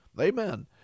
Amen